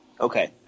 okay